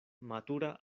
matura